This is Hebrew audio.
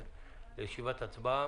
ישיבת הצבעה,